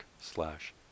slash